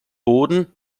boden